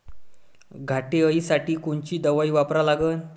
घाटे अळी साठी कोनची दवाई वापरा लागन?